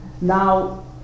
Now